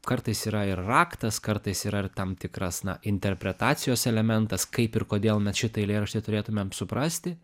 kartais yra ir raktas kartais yra ir tam tikras na interpretacijos elementas kaip ir kodėl mes šitą eilėraštį turėtumėm suprasti